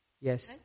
Yes